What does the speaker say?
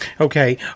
Okay